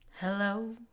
Hello